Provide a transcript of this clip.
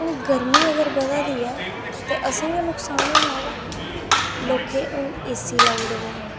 ओह् गर्मी अगर बधा दी ऐ ते असेंगी गै नुक्सान होना ओह्दा लोकें हून एसी लाई ओड़दे